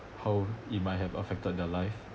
how it might have affected their life